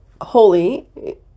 holy